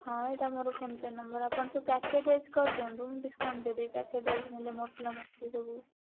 ହଁ ଏଇଟା ମୋର ଫୋନ୍ପେ' ନମ୍ବର୍ ଆପଣ ସବୁ ପ୍ୟାକେଟ୍ ୱାଇଜ୍ କରିଦିଅନ୍ତୁ ମୁଁ ଡ଼ିସ୍କାଉଣ୍ଟ୍ ଦେଇଦେବି ପ୍ୟାକେଟ୍ ୱାଇଜ୍ ନେଲେ ମସଲା ମସଲି ସବୁ